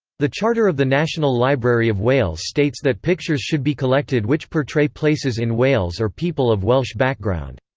the charter of the national library of wales states that pictures should be collected which portray places in wales or people of welsh background.